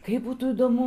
kaip būtų įdomu